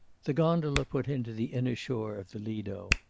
the gondola put in to the inner shore of the lido.